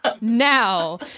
now